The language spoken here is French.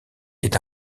est